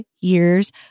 years